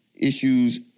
issues